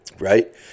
Right